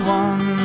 one